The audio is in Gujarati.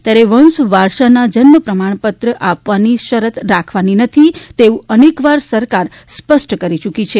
ત્યારે વંશ વારસોના જન્મ પ્રમાણ આપવાની શરત રાખવાની નથી તેવું અનેકવાર સરકાર સ્પષ્ટ કરી યૂકી છે